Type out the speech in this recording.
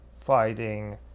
fighting